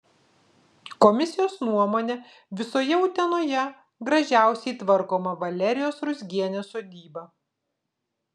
komisijos nuomone visoje utenoje gražiausiai tvarkoma valerijos ruzgienės sodyba